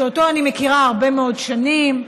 שאותו אני מכירה הרבה מאוד שנים.